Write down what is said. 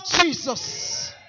Jesus